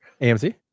AMC